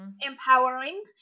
empowering